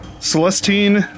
Celestine